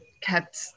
kept